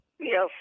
Yes